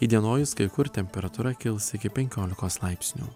įdienojus kai kur temperatūra kils iki penkiolikos laipsnių